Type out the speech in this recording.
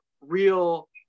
real